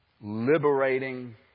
liberating